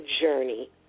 Journey